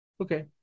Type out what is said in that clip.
Okay